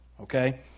okay